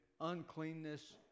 uncleanness